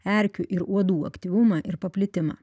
erkių ir uodų aktyvumą ir paplitimą